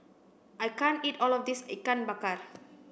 I can't eat all of this Ikan Bakar